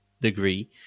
degree